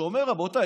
שאומר: רבותיי,